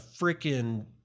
freaking